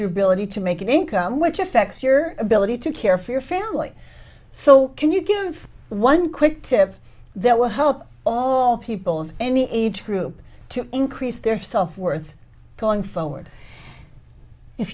your ability to make an income which affects your ability to care for your family so can you give one quick tip that will help all people of any age group to increase their self worth going